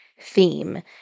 theme